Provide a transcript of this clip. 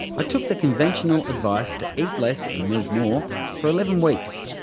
i took the conventional advice to eat less and move more for eleven weeks,